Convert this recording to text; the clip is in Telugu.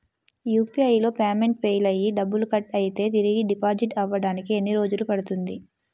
యు.పి.ఐ లో పేమెంట్ ఫెయిల్ అయ్యి డబ్బులు కట్ అయితే తిరిగి డిపాజిట్ అవ్వడానికి ఎన్ని రోజులు పడుతుంది?